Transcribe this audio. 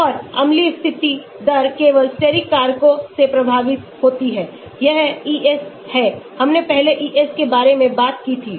और अम्लीय स्थिति दर केवल स्टेरिक कारकों से प्रभावित होती है यह Es है हमने पहले Es के बारे में बात की थी